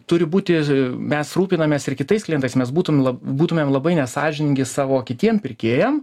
turi būti mes rūpinamės ir kitais klientais mes būtum būtumėm labai nesąžiningi savo kitiem pirkėjam